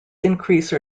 increase